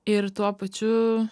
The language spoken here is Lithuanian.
ir tuo pačiu